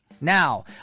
Now